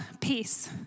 peace